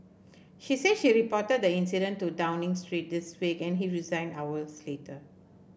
she said she reported the incident to Downing Street this week and he resigned hours later